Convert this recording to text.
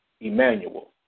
Emmanuel